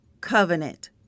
covenant